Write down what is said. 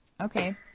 Okay